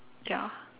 ya